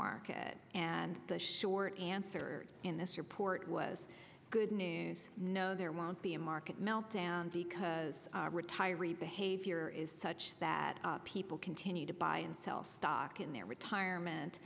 market and the short answer in this report was good news no there won't be a market meltdown because retiring behavior is such that people continue to buy and sell stock in their retirement